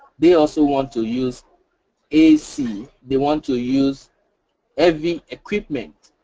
they also want to use ac. they want to use every equipment.